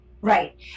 Right